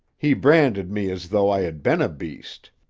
he branded me as though i had been a beast.